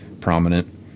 prominent